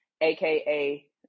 aka